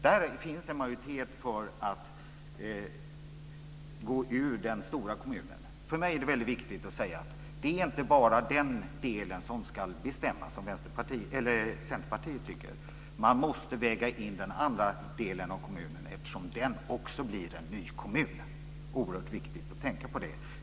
Där finns det en majoritet för att gå ur den stora kommunen. För mig är det väldigt viktigt att säga att det inte bara är den del som ska bestämma som Centerpartiet tycker. Man måste väga in även den andra delen av kommunen, eftersom den blir en ny kommun. Det är oerhört viktigt att tänka på det.